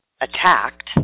attacked